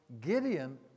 Gideon